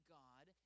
god